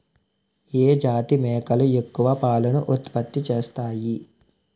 ఏ జాతి మేకలు ఎక్కువ పాలను ఉత్పత్తి చేస్తాయి?